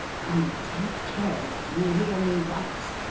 and take care that you hear me right.